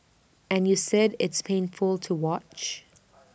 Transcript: and you said it's painful to watch